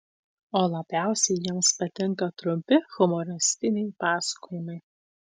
o labiausiai jiems patinka trumpi humoristiniai pasakojimai